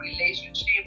relationship